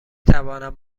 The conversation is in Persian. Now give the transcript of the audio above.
توانم